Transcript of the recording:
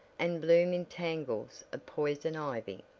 and bloom in tangles of poison ivy.